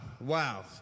wow